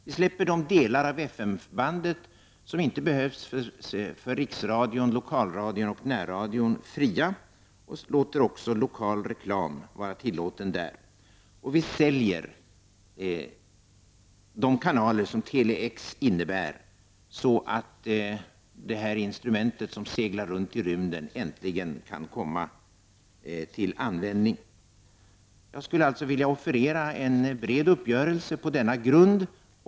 Vi släpper de delar av FM-bandet som inte behövs för riksradion, lokalradion eller närradion fria och tillåter också lokal reklam och vi säljer de kanaler som Tele-X innebär, så att detta instrument som seglar runt i rymden äntligen kan komma till användning. Jag skulle också vilja offerera en bred uppgörelse på denna grund.